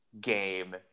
game